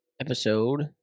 episode